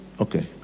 okay